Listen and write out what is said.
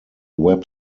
web